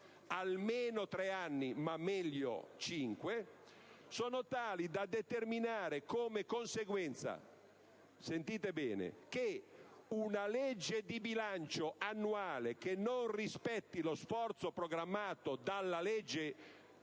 almeno tre anni, ma meglio cinque - sono tali da determinare come conseguenza che una legge di bilancio annuale che non rispetti lo sforzo programmato dalla legge